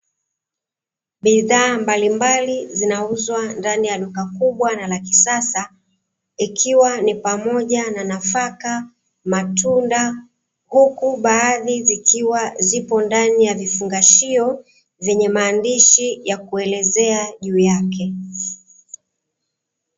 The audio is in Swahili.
Bidhaa mbalimbali zinauzwa ndani ya duka kubwa na la kisasa ikiwa ni pamoja na nafaka, matunda, kuku, baadhi zikiwa zipo ndani ya vifungashio zenye maandishi ya kuelezea juu yake.